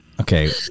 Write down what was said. Okay